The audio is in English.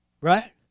Right